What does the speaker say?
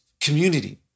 community